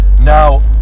Now